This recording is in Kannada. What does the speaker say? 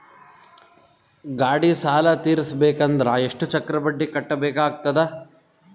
ಗಾಡಿ ಸಾಲ ತಿರಸಬೇಕಂದರ ಎಷ್ಟ ಚಕ್ರ ಬಡ್ಡಿ ಕಟ್ಟಬೇಕಾಗತದ?